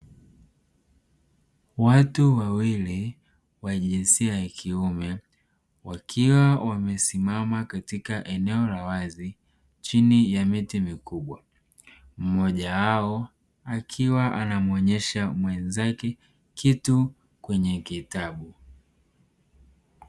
Watu wawili wa jinsia ya kiume wakiwa wamesimama katika eneo la wazi chini ya miti mikubwa, mmoja wao akiwa anamuonesha mwenzake kitu kwenye kitabu.